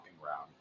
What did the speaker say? ground